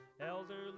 elderly